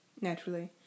Naturally